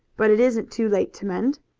but it isn't too late to mend.